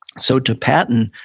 so to patton,